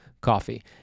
coffee